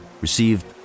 received